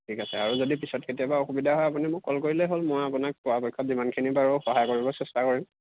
ঠিক আছে আৰু যদি পিছত কেতিয়াবা অসুবিধা হয় আপুনি মোক কল কৰিলেই'ল মই আপোনাক পৰাপক্ষত যিমানখিনি পাৰো সহায় কৰিব চেষ্টা কৰিম